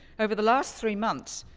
over the last three months,